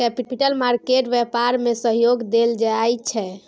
capital market व्यापार में सहयोग देल जाइ छै